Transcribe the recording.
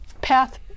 path